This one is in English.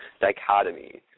dichotomy